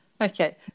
Okay